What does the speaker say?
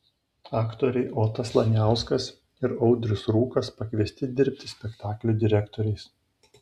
aktoriai otas laniauskas ir audrius rūkas pakviesti dirbti spektaklių direktoriais